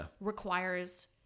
requires